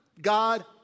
God